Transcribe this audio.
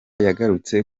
yagarutse